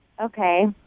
Okay